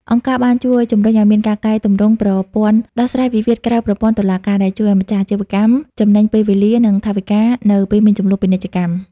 អង្គការបានជួយជម្រុញឱ្យមានការកែទម្រង់ប្រព័ន្ធដោះស្រាយវិវាទក្រៅប្រព័ន្ធតុលាការ ដែលជួយឱ្យម្ចាស់អាជីវកម្មចំណេញពេលវេលា និងថវិកានៅពេលមានជម្លោះពាណិជ្ជកម្ម។